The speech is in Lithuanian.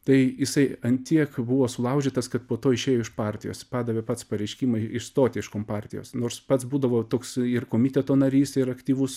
tai jisai ant tiek buvo sulaužytas kad po to išėjo iš partijos padavė pats pareiškimą išstoti iš kompartijos nors pats būdavo toks ir komiteto narys ir aktyvus